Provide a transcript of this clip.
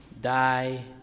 die